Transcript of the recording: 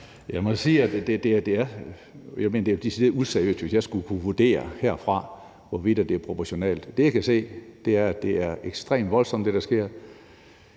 decideret useriøst, hvis jeg herfra skulle vurdere, hvorvidt det er proportionalt. Det, jeg kan se, er, at det er ekstremt voldsomt, hvad der sker.